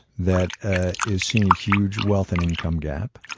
that ah is seeing a huge wealth and income gap,